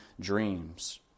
dreams